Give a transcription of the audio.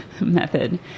method